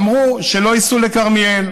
אמרו שלא ייסעו לכרמיאל.